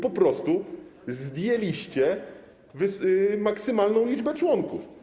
Po prostu zdjęliście maksymalną liczbę członków.